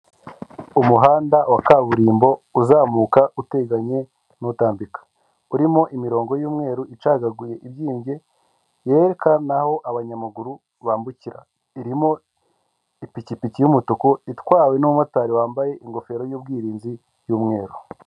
Umuhanda wa kaburimbo uzamuka uteganye n'utambika, urimo imirongo y'umweru icagaguye ibyimbye yerekana aho abanyamaguru bambukira, irimo ipikipiki y'umutuku itwawe n'umumotari wambaye ingofero y'ubwirinzi y'umweru.